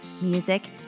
music